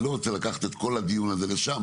אני לא רוצה לקחת את כל הדיון הזה לשם,